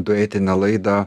duetinę laidą